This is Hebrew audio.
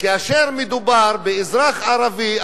כאשר מדובר באזרח ערבי,